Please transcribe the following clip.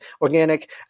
organic